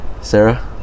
Sarah